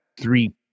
three